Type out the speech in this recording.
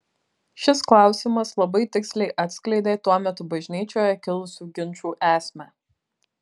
šis klausimas labai tiksliai atskleidė tuo metu bažnyčioje kilusių ginčų esmę